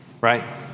right